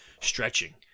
stretching